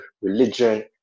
religion